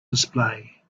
display